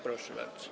Proszę bardzo.